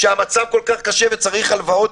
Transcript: כשהמצב כל כך קשה וצריך יותר הלוואות,